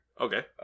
Okay